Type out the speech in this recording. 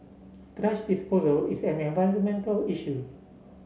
thrash disposal is an environmental issue